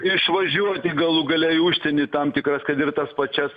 išvažiuoti galų gale į užsienį į tam tikras kad ir tas pačias